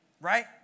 right